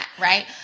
right